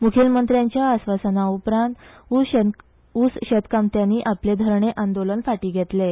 मुखेलमंत्र्याच्या आस्वासना उपरांत ऊस शेतकामत्यांनी आपलें धरणे आंदोलन फाटीं घेतलें